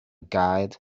guide